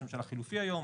ראש ממשלה חלופי היום,